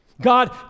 god